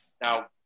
Now